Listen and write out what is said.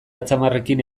atzamarrekin